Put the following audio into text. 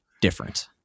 different